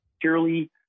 purely